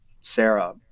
Sarah